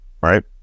right